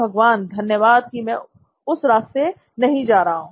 भगवान धन्यवाद कि मैं उस रास्ते नहीं जा रहा हूं